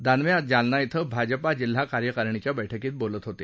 दानवे आज जालना इथं भाजपा जिल्हा कार्यकारिणीच्या बैठकीत बोलत होते